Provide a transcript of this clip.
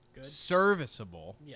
serviceable